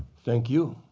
thank you.